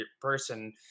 person